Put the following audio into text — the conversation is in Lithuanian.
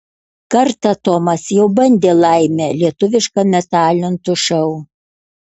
kartą tomas jau bandė laimę lietuviškame talentų šou